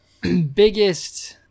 biggest